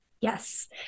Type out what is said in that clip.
yes